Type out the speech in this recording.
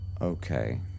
Okay